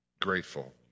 grateful